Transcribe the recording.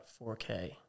4K